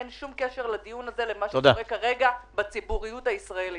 אין שום קשר בין הדיון הזה לבין מה שקורה כרגע בציבוריות הישראלית.